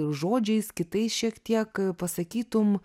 žodžiais kitais šiek tiek pasakytum